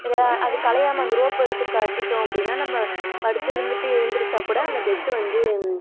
இல்லை அது கலையாமல் அந்த ரோப் எடுத்து கட்டிவிட்டோம் அப்படினா நம்ம படுத்திருந்துட்டு எந்திரிச்சால் கூட அந்த பெட்டு வந்து